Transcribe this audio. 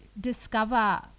discover